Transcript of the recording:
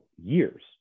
years